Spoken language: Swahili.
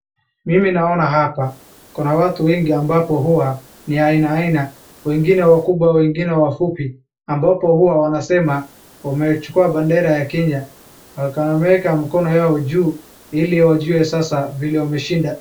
Mimi naona hapa kuna watu wengi ambapo huwa ni aina aina. Wengine wakubwa, wengine wafupi ambapo huwa wanasema wamechukua bendera ya Kenya wakaweka mkono yao juu ili wajue sasa vile wameshinda.